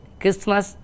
Christmas